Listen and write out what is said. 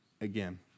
again